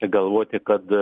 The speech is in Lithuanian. galvoti kad